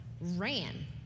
ran